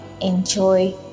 Enjoy